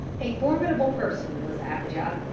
a formidable person was abijah.